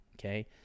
okay